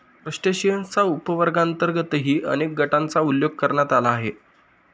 क्रस्टेशियन्सच्या उपवर्गांतर्गतही अनेक गटांचा उल्लेख करण्यात आला आहे